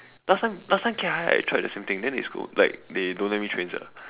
last time last time cat high I try the same thing then they scold like they don't let me train sia